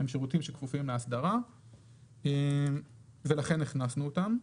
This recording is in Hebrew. הם שירותים שכפופים לאסדרה ולכן הכנסנו אותם.